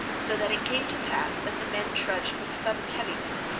so that it came to pass that the men trudged with sudden heaviness,